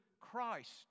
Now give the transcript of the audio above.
Christ